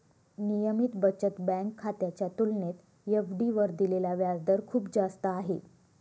नियमित बचत बँक खात्याच्या तुलनेत एफ.डी वर दिलेला व्याजदर खूप जास्त आहे